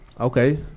Okay